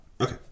Okay